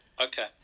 Okay